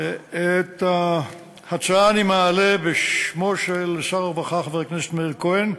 את ההצעה אני מעלה בשמו של שר הרווחה מאיר כהן,